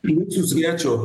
mūsų svečio